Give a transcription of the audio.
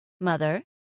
Mother